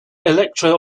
electro